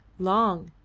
long!